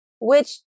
which-